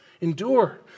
endure